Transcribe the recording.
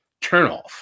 turnoff